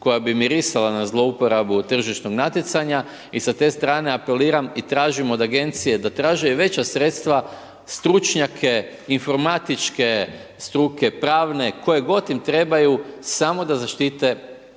koja bu mirisala na zlouporabu tržišnog natjecanja i sa te strane apeliram i tražim od agencije da traže veća sredstva, stručnjake, informatičke struke, pravne, koje god im trebaju, samo da zaštite